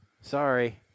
Sorry